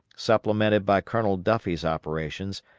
supplemented by colonel duffie's operations,